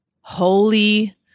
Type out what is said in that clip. Holy